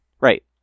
right